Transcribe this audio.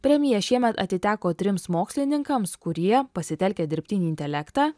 premija šiemet atiteko trims mokslininkams kurie pasitelkę dirbtinį intelektą